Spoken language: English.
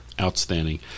Outstanding